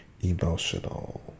emotional